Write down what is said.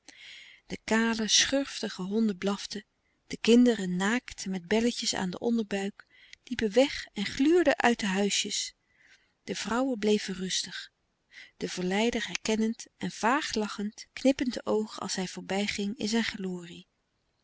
de kale schurftige honden blaften de kinderen naakt met belletjes aan den onderbuik liepen weg en gluurden uit de huisjes de vrouwen bleven rustig den verleider herkennend en vaag lachend knippend de oogen als hij voorbij ging in zijn glorie